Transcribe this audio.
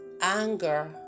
anger